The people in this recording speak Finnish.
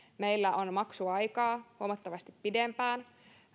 meillä on maksuaikaa huomattavasti pidempään